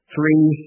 three